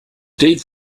date